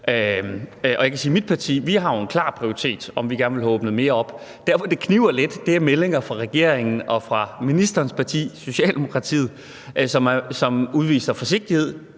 mit parti har en klar prioritet om, at vi gerne vil have åbnet mere op, men der hvor det kniber lidt, er angående meldinger fra regeringen og fra ministerens parti, Socialdemokratiet, som udviser forsigtighed.